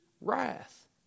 wrath